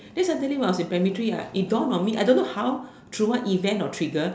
then suddenly when I was in primary three ya it dawned on me I don't know how through what event or trigger